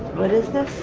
what is this?